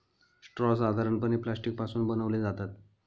straw साधारणपणे plastic पासून बनवले जातात